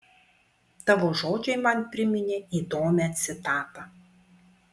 tavo žodžiai man priminė įdomią citatą